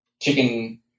chicken